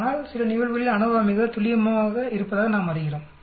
ஆனால் சில நிகழ்வுகளில் அநோவா மிகவும் துல்லியமாக இருப்பதாக நாம் அறிகிறோம்